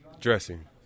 Dressing